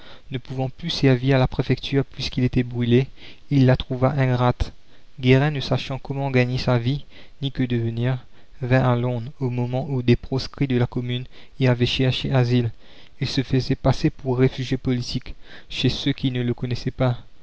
ne pouvant plus servir la préfecture puisqu'il était brûlé il la trouva ingrate guérin ne sachant comment gagner sa vie ni que devenir vint à londres au moment où des proscrits de la commune y avaient cherché asile il se faisait passer pour réfugié politique chez ceux qui ne le connaissaient pas